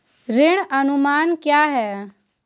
ऋण अनुमान क्या है?